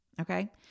Okay